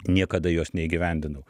niekada jos neįgyvendinau